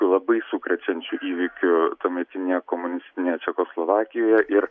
labai sukrečiančiu įvykiu tuometinėje komunistinėje čekoslovakijoje ir